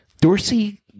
Dorsey